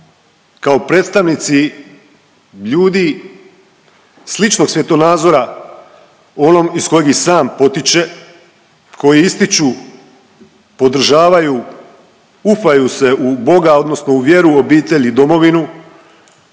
kao predstavnici ljudi sličnog svjetonazora onog iz kojeg i sam potiče, koji ističu, podržavaju, ufaju se u Boga odnosno u vjeru, obitelj i domovinu